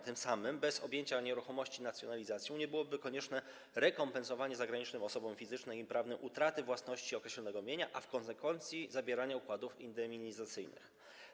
Tym samym bez objęcia nieruchomości nacjonalizacją nie byłoby konieczne rekompensowanie zagranicznym osobom fizycznym i prawnym utraty własności określonego mienia, a w konsekwencji - zawierania układów indemnizacyjnych.